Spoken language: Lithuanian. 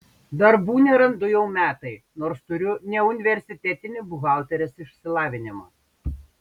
darbų nerandu jau metai nors turiu neuniversitetinį buhalterės išsilavinimą